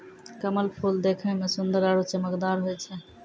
कमल फूल देखै मे सुन्दर आरु चमकदार होय छै